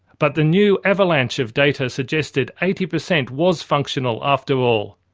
but the new avalanche of data suggested eighty per cent was functional after all.